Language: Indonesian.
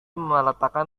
meletakkan